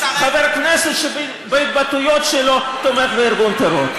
חבר כנסת שבהתבטאויות שלו תומך בארגון טרור.